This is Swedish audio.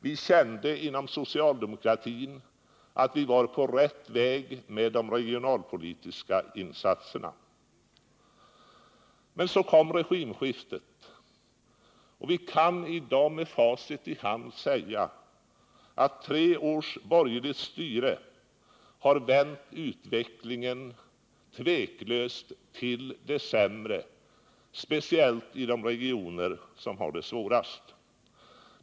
Vi kände inom socialdemokratin att vi var på rätt väg med de regionalpolitiska insatserna. sg Men så kom regimskiftet. Vi kan i dag med facit i handen säga att tre års borgerligt styre tvivelsutan har vänt utvecklingen till det sämre, speciellt i de regioner som har det svårast.